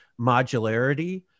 modularity